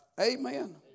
Amen